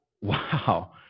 wow